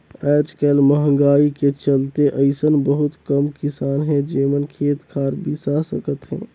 आयज कायल मंहगाई के चलते अइसन बहुत कम किसान हे जेमन खेत खार बिसा सकत हे